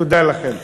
תודה לכם.